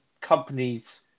companies